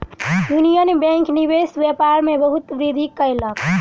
union Bank निवेश व्यापार में बहुत वृद्धि कयलक